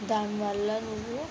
దానివల్ల నువ్వు